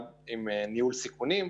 ניהול סיכונים.